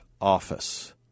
office